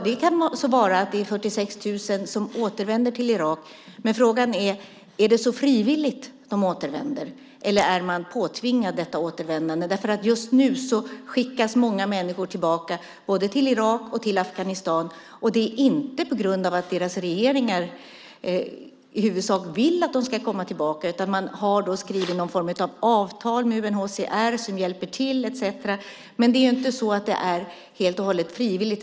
Det kan så vara, att det är 46 000 som återvänder till Irak, men frågan är om det är frivilligt de återvänder eller om de är påtvingade detta återvändande. Just nu skickas många människor tillbaka, både till Irak och till Afghanistan, och det är inte på grund av att deras regeringar i huvudsak vill att de ska komma tillbaka. Man skriver någon form av avtal med UNHCR som hjälper till etcetera, men det är inte så att det är helt och hållet frivilligt.